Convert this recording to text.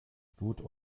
blut